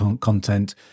content –